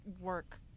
work